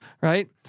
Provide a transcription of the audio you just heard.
right